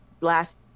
last